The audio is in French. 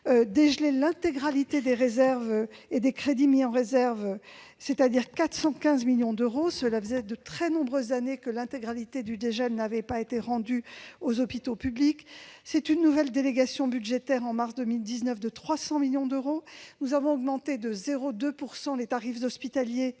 dégelé l'intégralité des réserves et des crédits mis en réserve, soit 415 millions d'euros- cela faisait de très nombreuses années que l'intégralité du dégel n'avait pas été rendue aux hôpitaux publics. Une nouvelle délégation budgétaire de 300 millions d'euros est intervenue en mars 2019. Nous avons augmenté de 0,2 % les tarifs d'hospitaliers